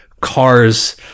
cars